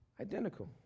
identical